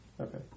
Okay